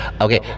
Okay